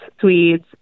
Swedes